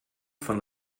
von